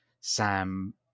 Sam